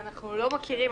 לא בקרן נאמנות,